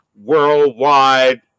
worldwide